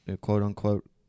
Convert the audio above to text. quote-unquote